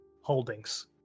holdings